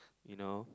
you know